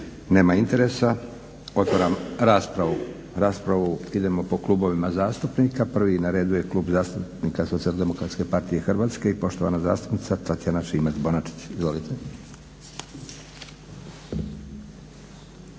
Nema interesa. Otvaram raspravu. Raspravu idemo po klubovima zastupnika. Prvi na redu je Klub zastupnika Socijaldemokratske partije Hrvatske i poštovana zastupnica Tatjana Šimac-Bonačić. Izvolite.